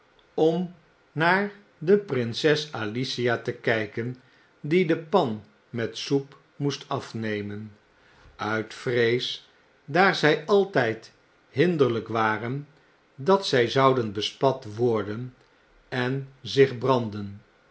om naar de prinses alicia te kjjken die de pan met soep moest afnemen uit vrees daar zjj altjjd hinderlijk waren dat zjj zouden bespat worden en zich branden